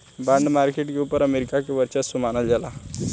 bond market के ऊपर America के वर्चस्व मानल जाला